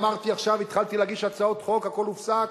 אמרתי, עכשיו התחלתי להגיש הצעות חוק, הכול הופסק,